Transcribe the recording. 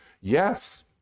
Yes